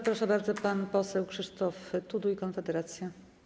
Proszę bardzo, pan poseł Krzysztof Tuduj, Konfederacja.